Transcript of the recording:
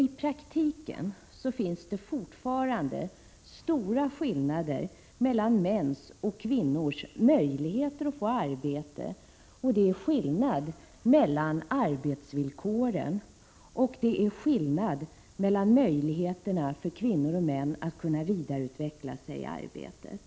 I praktiken finns det fortfarande stora skillnader mellan mäns och kvinnors möjligheter att få arbete, det är skillnad mellan arbetsvillkoren och mellan möjligheterna för kvinnor och män att vidareutveckla sig i arbetet.